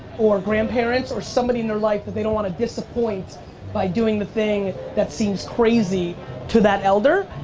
or grandparents, or somebody in their life that they don't want to disappoint by doing the thing that seems crazy to that elder.